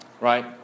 right